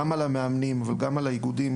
גם על המאמנים וגם על האיגודים,